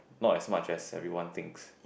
not as much as everyone thinks